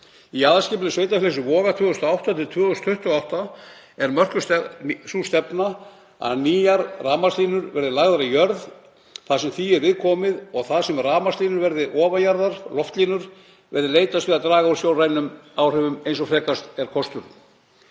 Í aðalskipulagi Sveitarfélagsins Voga 2008–2028 er mörkuð sú stefna að nýjar rafmagnslínur verði lagðar í jörðu þar sem því er við komið og þar sem rafmagnslínur verði ofan jarðar (loftlínur) verði leitast við að draga úr sjónrænum áhrifum eins og frekast er kostur.